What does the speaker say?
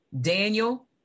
Daniel